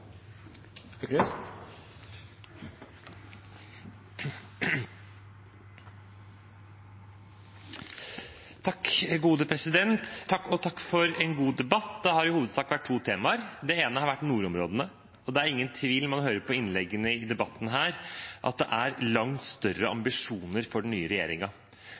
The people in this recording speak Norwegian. for en god debatt. Det har i hovedsak vært to temaer. Det ene har vært nordområdene, og når man hører på innleggene i debatten her, er det ingen tvil om at det er langt større ambisjoner for den nye